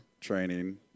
training